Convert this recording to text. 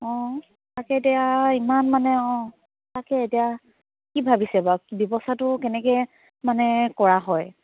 অ তাকে এতিয়া ইমান মানে অ তাকে এতিয়া কি ভাবিছে বাৰু ব্য়ৱস্থাটো কেনেকৈ মানে কৰা হয়